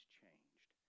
changed